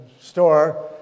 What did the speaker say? store